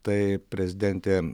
tai prezidentė